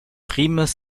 primes